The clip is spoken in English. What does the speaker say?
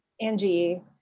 Angie